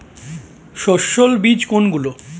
সস্যল বীজ কোনগুলো?